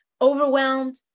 overwhelmed